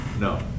No